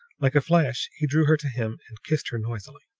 like a flash he drew her to him and kissed her noisily.